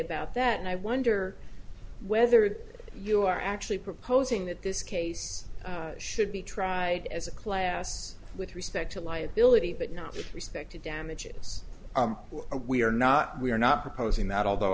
about that and i wonder whether you are actually proposing that this case should be tried as a class with respect to liability but not with respect to damages we are not we are not proposing that although